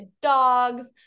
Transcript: dogs